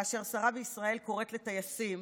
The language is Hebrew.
כאשר שרה בישראל קוראת לטייסים